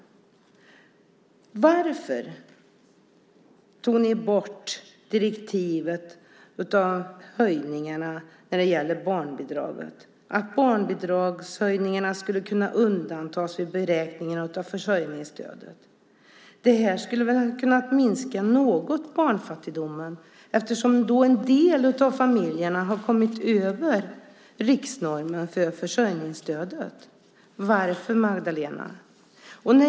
Varför tog ni bort direktivet för höjningarna av barnbidraget, Magdalena Andersson, så att barnbidragshöjningarna skulle kunna undantas vid beräkningen av försörjningsstödet? Det skulle något ha kunnat minska barnfattigdomen. En del av familjerna hade då kommit över riksnormen för försörjningsstödet. Varför gjorde ni det, Magdalena?